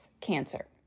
cancer